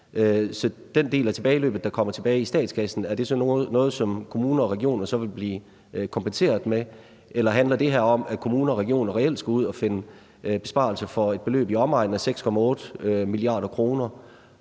Så den del af tilbageløbet, der kommer tilbage i statskassen, er det så noget, som kommuner og regioner så vil blive kompenseret med? Eller handler det her om, at kommuner og regioner reelt skal ud og finde besparelser for et beløb i omegnen af 6,8 mia. kr.?